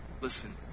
Listen